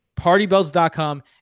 Partybelts.com